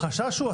החשש הוא,